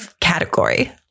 category